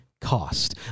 cost